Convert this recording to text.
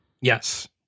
Yes